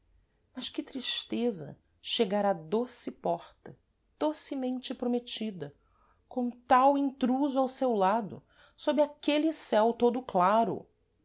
mas que tristeza chegar à doce porta docemente prometida com tal intruso ao seu lado sob aquele céu todo claro